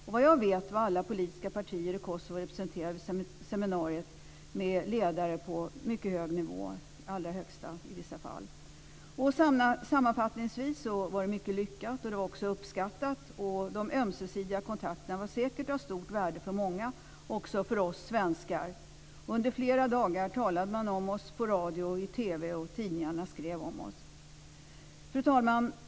Såvitt jag vet var alla politiska partier i Kosovo representerade vid seminariet med ledare på mycket hög nivå, i vissa fall allra högsta. Sammanfattningsvis var det mycket lyckat och uppskattat. De ömsesidiga kontakterna var säkert av stort värde för många, även för oss svenskar. Under flera dagar talade man om oss på radio och i TV. Och tidningarna skrev om oss. Fru talman!